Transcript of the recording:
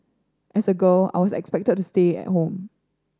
as a girl I was expected to stay at home